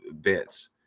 bits